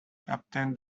captain